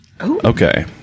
Okay